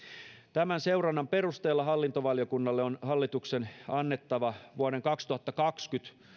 tämän seurannan perusteella hallintovaliokunnalle on hallituksen annettava vuoden kaksituhattakaksikymmentä